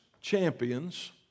champions